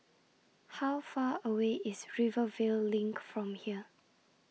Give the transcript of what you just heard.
How Far away IS Rivervale LINK from here